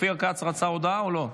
אופיר כץ רצה הודעה או לא?